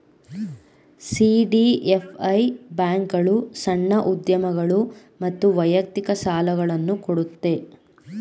CDFI ಬ್ಯಾಂಕ್ಗಳು ಸಣ್ಣ ಉದ್ಯಮಗಳು ಮತ್ತು ವೈಯಕ್ತಿಕ ಸಾಲುಗಳನ್ನು ಕೊಡುತ್ತೆ